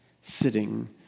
sitting